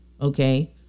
Okay